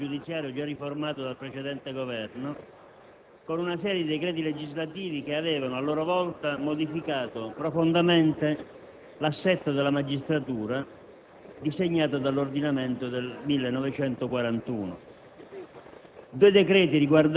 il disegno di legge n. 1447 modifica l'ordinamento giudiziario, già riformato dal precedente Governo con una serie di decreti legislativi che avevano, a loro volta, modificato profondamente l'assetto della magistratura